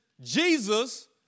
Jesus